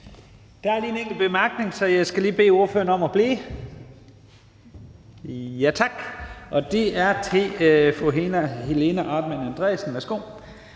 Der er lige en enkelt kort bemærkning, så jeg skal lige bede ordføreren om at blive, og den er fra fru Helena Artmann Andresen. Værsgo.